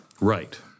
Right